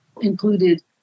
included